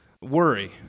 worry